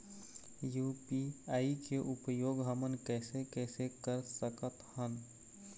UPI के उपयोग हमन कैसे कैसे कर सकत हन?